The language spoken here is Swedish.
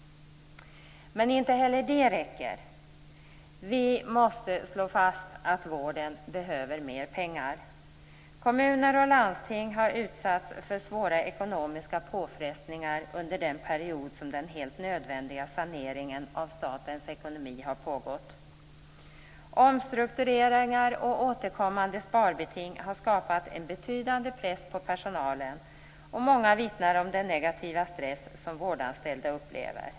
Men inte heller det räcker. Vi måste slå fast att vården behöver mer pengar. Kommuner och landsting har utsatts för svåra ekonomiska påfrestningar under den period som den helt nödvändiga saneringen av statens ekonomi har pågått. Omstruktureringar och återkommande sparbeting har skapat en betydande press på personalen, och många vittnar om den negativa stress som vårdanställda upplever.